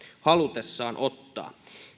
halutessaan ottaa